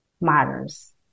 matters